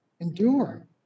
Endure